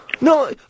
No